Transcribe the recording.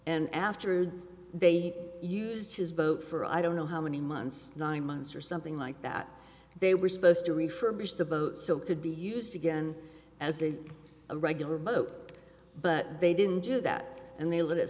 and after they used his boat for i don't know how many months nine months or something like that they were supposed to refurbish the boat so it could be used again as a regular boat but they didn't do that and they let it